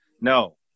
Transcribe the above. no